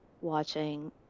watching